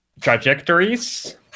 trajectories